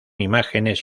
imágenes